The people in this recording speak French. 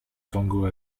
tango